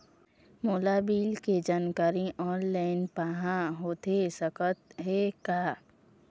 मोला बिल के जानकारी ऑनलाइन पाहां होथे सकत हे का?